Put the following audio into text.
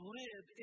live